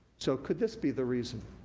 so, could this be the reason?